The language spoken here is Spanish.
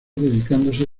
dedicándose